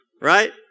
Right